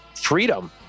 freedom